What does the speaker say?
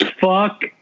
Fuck